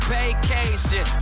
vacation